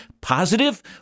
positive